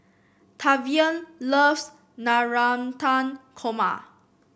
Tavian loves Navratan Korma